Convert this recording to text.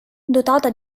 dotata